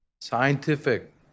scientific